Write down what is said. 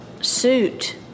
suit